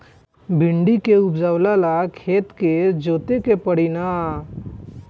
भिंदी के उपजाव ला खेत के जोतावे के परी कि ना?